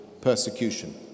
persecution